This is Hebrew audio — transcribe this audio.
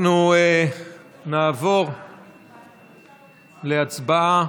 אנחנו נעבור להצבעה.